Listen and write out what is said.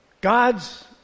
God's